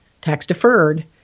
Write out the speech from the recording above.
tax-deferred